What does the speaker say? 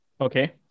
okay